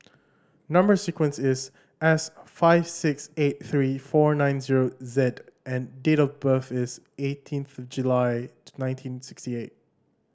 number sequence is S five six eight three four nine zero Z and date of birth is eighteenth July nineteen sixty eight